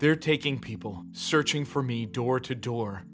there taking people searching for me door to door